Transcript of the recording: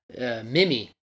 mimi